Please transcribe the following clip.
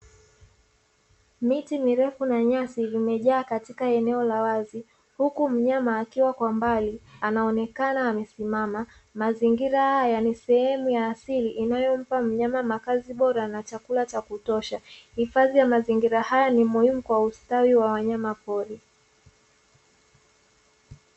Miti mirefu na nyasi vimejaa katika eneo la wazi huku mnyama akiwa kwa mbali, anaonekana amesimama mazingira yani sehemu ya asili inayompa mnyama makazi bora na chakula cha kutosha hifadhi ya mazingira hayo ni muhimu kwa ustawi wa wanyama pori.